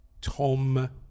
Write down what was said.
Tom